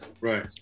Right